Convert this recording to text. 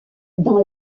dans